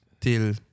till